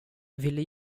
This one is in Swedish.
ville